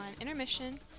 intermission